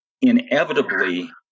inevitably